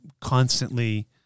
constantly